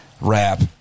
rap